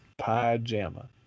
Pajama